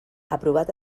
aprovat